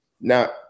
Now